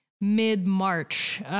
mid-March